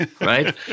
right